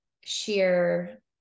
sheer